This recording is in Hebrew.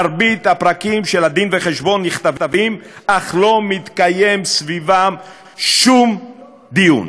מרבית הפרקים של הדין-וחשבון נכתבים אך לא מתקיים סביבם שום דיון,